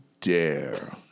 dare